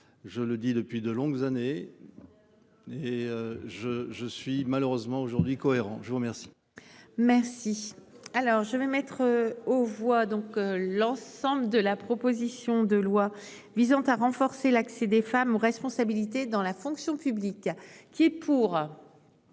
je le dis depuis de longues années. Et je je suis malheureusement aujourd'hui cohérent. Je vous remercie. Merci. Alors je vais mettre aux voix, donc l'ensemble de la proposition de loi visant à renforcer l'accès des femmes aux responsabilités dans la fonction publique